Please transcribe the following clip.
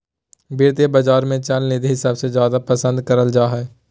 वित्तीय बाजार मे चल निधि सबसे जादे पसन्द करल जा हय